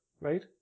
right